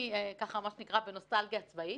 אני בנוסטלגיה הצבאית,